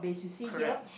correct